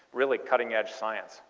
really cutting edge science.